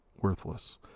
worthless